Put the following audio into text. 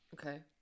Okay